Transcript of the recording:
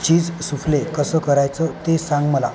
चीज souffle कसं करायचं ते सांग मला